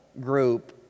group